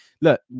look